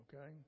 Okay